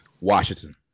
Washington